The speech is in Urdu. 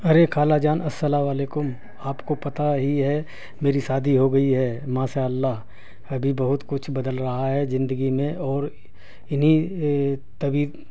ارے خالہ جان السلام علیکم آپ کو پتہ ہی ہے میری شادی ہو گئی ہے ماشاءاللہ ابھی بہت کچھ بدل رہا ہے زندگی میں اور انہیں طبی